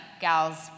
gals